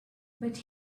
but